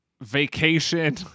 vacation